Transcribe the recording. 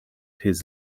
his